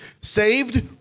Saved